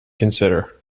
consider